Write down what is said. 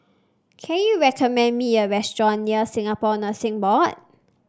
can you recommend me a restaurant near Singapore Nursing Board